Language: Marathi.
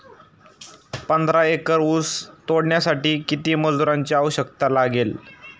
पंधरा एकर ऊस तोडण्यासाठी किती मजुरांची आवश्यकता लागेल?